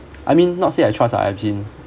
I mean not say I trust ah I've been